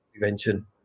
prevention